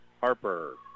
Harper